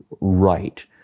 right